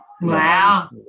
Wow